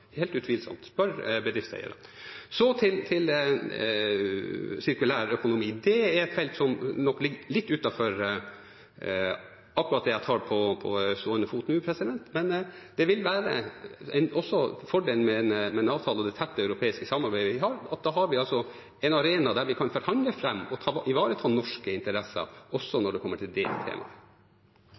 helt utvilsomt, spør bedriftseierne. Så til sirkulærøkonomien. Det er et felt som nok ligger litt utenfor akkurat det jeg tar på stående fot nå, men fordelen med en avtale og det tette europeiske samarbeidet vi har, er at vi har en arena der vi kan forhandle fram og ivareta norske interesser, også når det kommer til det temaet.